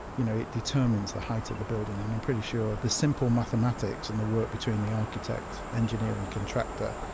you know it determines the height of the building. and i'm pretty sure the simple mathematics and the work between the architect, engineer, and contractor,